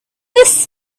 this